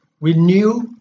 renew